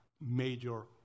major